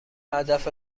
هدف